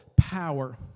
power